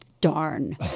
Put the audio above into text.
Darn